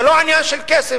זה לא עניין של כסף.